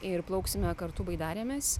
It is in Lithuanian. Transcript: ir plauksime kartu baidarėmis